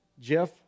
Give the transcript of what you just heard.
Jeff